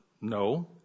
no